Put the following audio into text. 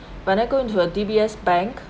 when I go into a D_B_S_ bank